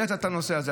העלית את הנושא הזה,